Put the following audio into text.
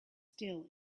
still